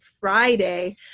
Friday